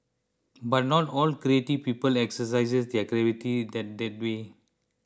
but not all creative people exercise their creativity that that way